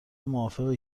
موافقی